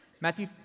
Matthew